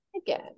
again